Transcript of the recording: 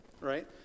right